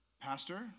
Pastor